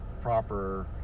proper